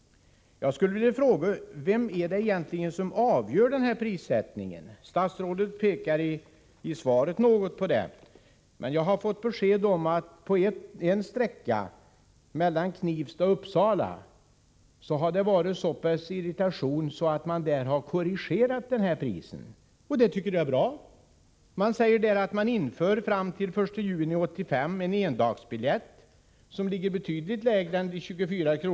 Jag skulle vilja fråga: Vem är det egentligen som bestämmer prissättningen? Statsrådet pekar något på det i svaret. Men jag har fått besked om att det beträffande en sträcka, Knivsta-Uppsala, har varit så pass stora irritationer att man där har korrigerat priset. Det tycker jag är bra. Man hart.o.m. den 1 juni 1985 infört en endagsbiljett med ett pris som är betydligt lägre än de 24 kr.